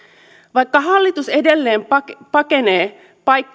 vaikka hallitus edelleen pakenee